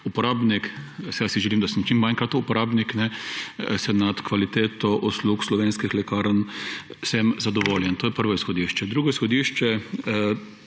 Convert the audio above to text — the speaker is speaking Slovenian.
uporabnik, seveda si želim, da sem čim manjkrat uporabnik, sem nad kvaliteto uslug slovenskih lekarn zadovoljen. To je pravo izhodišče. Drugo izhodišče.